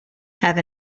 have